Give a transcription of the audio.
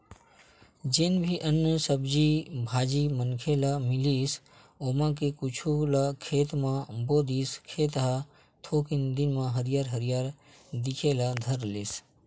जेन भी अन्न, सब्जी भाजी मनखे ल मिलिस ओमा के कुछ ल खेत म बो दिस, खेत ह थोकिन दिन म हरियर हरियर दिखे ल धर लिस